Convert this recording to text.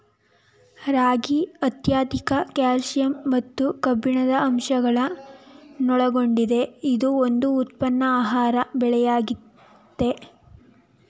ರಾಗಿ ಅತ್ಯಧಿಕ ಕ್ಯಾಲ್ಸಿಯಂ ಮತ್ತು ಕಬ್ಬಿಣದ ಅಂಶಗಳನ್ನೊಳಗೊಂಡಿದೆ ಇದು ಒಂದು ಉತ್ತಮ ಆಹಾರ ಬೆಳೆಯಾಗಯ್ತೆ